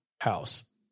house